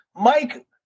Mike